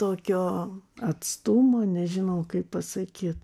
tokio atstumo nežinau kaip pasakyt